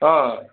ஆ